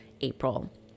April